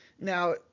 Now